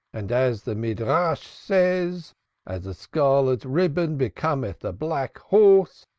and as the midrash says as a scarlet ribbon becometh a black horse,